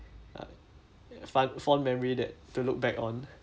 fun fond memory that to look back on